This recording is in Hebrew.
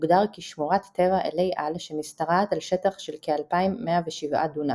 הוגדר כשמורת טבע "אלי על" שמשתרעת על שטח של כ-2,107 דונם.